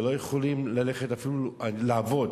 ולא יכולים ללכת אפילו לעבוד,